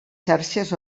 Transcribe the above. xarxes